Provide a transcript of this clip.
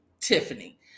Tiffany